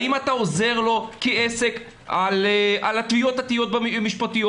האם אתה עוזר לו כעסק על התביעות המשפטיות?